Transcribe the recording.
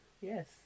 Yes